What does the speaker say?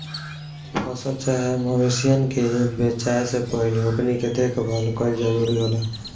फसल चाहे मवेशियन के बेचाये से पहिले ओकनी के देखभाल कईल जरूरी होला